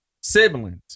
siblings